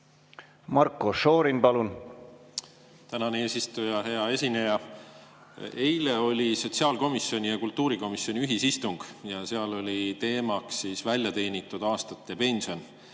Marko Šorin, palun! Tänan, eesistuja! Hea esineja! Eile oli sotsiaalkomisjoni ja kultuurikomisjoni ühisistung ja seal oli teemaks väljateenitud aastate pension